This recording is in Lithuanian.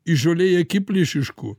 įžūliai akiplėšiškų